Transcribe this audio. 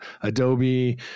Adobe